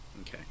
Okay